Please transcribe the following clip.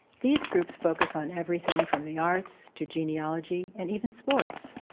these groups focus on everything from the arts to genealogy and even sports.